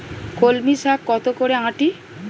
কলমি শাখ কত করে আঁটি?